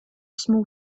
small